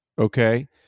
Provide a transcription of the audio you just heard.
okay